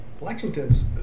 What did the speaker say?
Lexington's